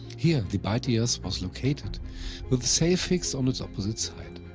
here the beitias was located with the sail fixed on its opposite side.